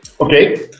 Okay